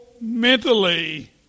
mentally